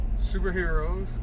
superheroes